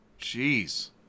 Jeez